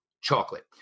chocolate